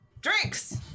Drinks